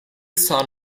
son